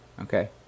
Okay